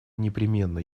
непременно